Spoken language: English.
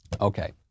Okay